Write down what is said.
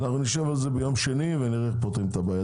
נשב על זה ביום שאני ונראה איך פותרים את הבעיה.